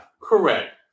Correct